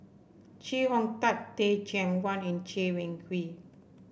Chee Hong Tat Teh Cheang Wan and Chay Weng Yew